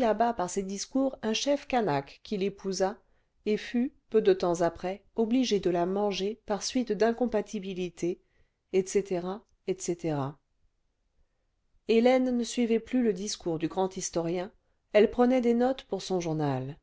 là-bas par ses discours un chef canaque qui l'épousa et fut peu de temps après obligé de la manger par suite d'incompatibilité etc etc hélène ne suivait plus le discours du grand historien elle prenait des notes pour son journal